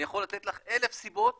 אני יכול לתת לך אלף סיבות --- לא,